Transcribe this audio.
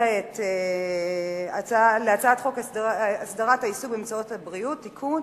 כעת להצעת חוק הסדרת העיסוק במקצועות הבריאות (תיקון),